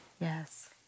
yes